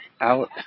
out